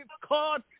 caught